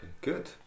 good